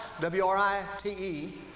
W-R-I-T-E